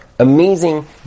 Amazing